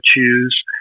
choose